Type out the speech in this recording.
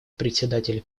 председателя